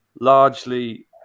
largely